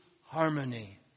harmony